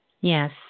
Yes